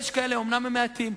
אומנם הם מעטים,